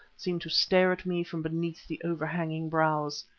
seemed to stare at me from beneath the overhanging brows.